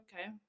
okay